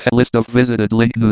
and list of visited link